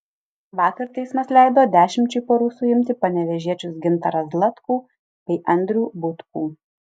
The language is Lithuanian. vakar teismas leido dešimčiai parų suimti panevėžiečius gintarą zlatkų bei andrių butkų